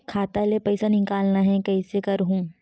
खाता ले पईसा निकालना हे, कइसे करहूं?